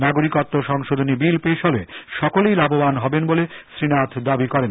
নাগরিকত্ব সংশোধনী বিল পেশ হলে সকলেই লাভবান হবেন শ্রীনাথ দাবি করেন